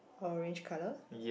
orange colour